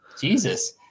Jesus